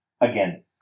again